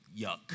yuck